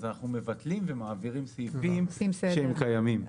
אנחנו מבטלים ומעבירים סעיפים שהם קיימים.